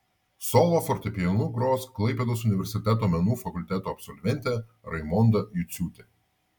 solo fortepijonu gros klaipėdos universiteto menų fakulteto absolventė raimonda juciūtė